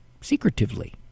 secretively